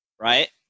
right